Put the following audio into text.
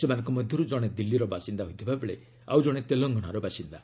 ସେମାନଙ୍କ ମଧ୍ୟରୁ ଜଣେ ଦିଲ୍ଲୀର ବାସିନ୍ଦା ହୋଇଥିବା ବେଳେ ଆଉ ଜଣେ ତେଲଙ୍ଗାନାର ବାସିନ୍ଦା